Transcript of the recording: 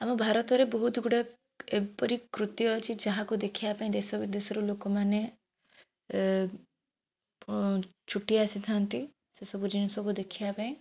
ଆମ ଭାରତରେ ବହୁତ ଗୁଡ଼େ ଏପରି କୃତି ଅଛି ଯାହାକୁ ଦେଖିବା ପାଇଁ ଦେଶ ବିଦେଶରୁ ଲୋକମାନେ ଛୁଟି ଆସିଥାନ୍ତି ସେ ସବୁ ଜିନିଷକୁ ଦେଖିବା ପାଇଁ